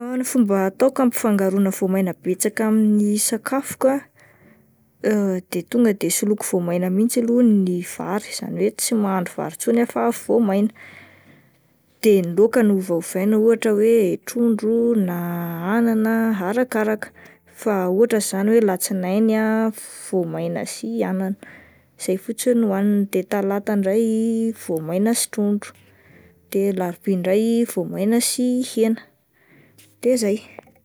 Ny fomba ataoko ampifangaroana voamaina betsaka amin'ny sakafoko ah, tonga de soloiko voamaina mihintsy aloha ny vary izany hoe tsy mahandro vary intsony ah fa voamaina de laoka no ovaovaina ohatra hoe trondro na anana arakaraka fa ohatra izany hoe alatsinainy ah voamaina sy anana izay fotsiny no hoanina, de talata indray voamaina sy trondro, de alarobia indray voamaina sy hena de zay.